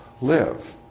live